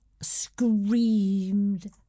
screamed